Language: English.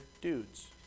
dudes